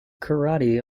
karate